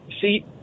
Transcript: See